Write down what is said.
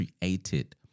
created